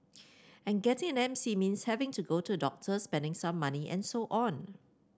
and getting an M C means having to go to the doctor spending some money and so on